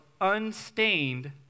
unstained